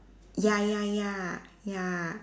ya ya ya ya